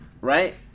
right